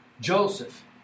Joseph